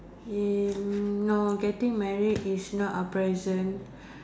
eh no getting married is not a present